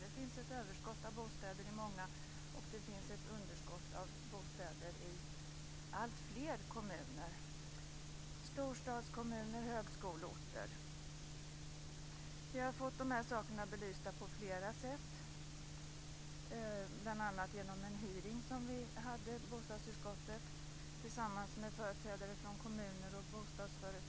Det finns ett överskott av bostäder i många kommuner, och det finns ett underskott av bostäder i alltfler kommuner - storstadskommuner och högskoleorter. Vi har fått dessa frågor belysta på flera sätt, bl.a. vid en hearing i bostadsutskottet tillsammans med företrädare från kommuner och bostadsföretag.